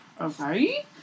Okay